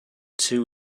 too